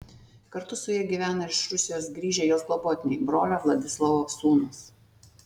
kartu su ja gyvena ir iš rusijos grįžę jos globotiniai brolio vladislovo sūnūs